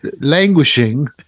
languishing